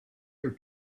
your